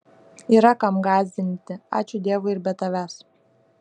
yra kam gąsdinti ačiū dievui ir be tavęs